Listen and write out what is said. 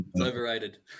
overrated